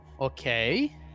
Okay